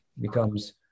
becomes